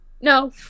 No